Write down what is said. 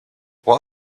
what